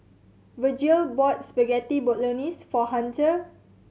Virgil bought Spaghetti Bolognese for Hunter